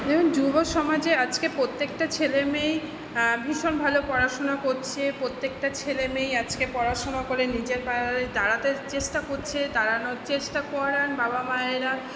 এরম যুব সমাজে আজকে প্রত্যেকটা ছেলেমেয়েই ভীষণ ভালো পড়াশোনা করছে প্রত্যেকটা ছেলেমেয়েই আজকে পড়াশোনা করে নিজের পায়ে দাঁড়াতে চেষ্টা করছে দাঁড়ানোর চেষ্টা করান বাবা মায়েরা